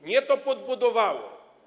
Mnie to podbudowało.